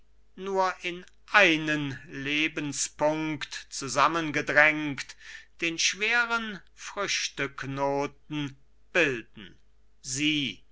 nur in einen lebenspunkt zusammen gedrängt den schweren früchteknoten bilden sieh